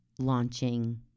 launching